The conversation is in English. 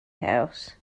house